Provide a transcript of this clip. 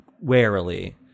warily